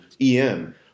EM